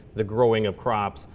the growing of crops,